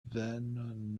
then